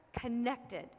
connected